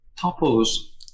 Topo's